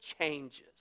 changes